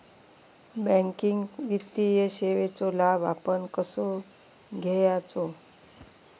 Banking वित्तीय सेवाचो लाभ आपण कसो घेयाचो?